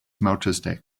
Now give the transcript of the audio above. melchizedek